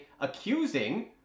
accusing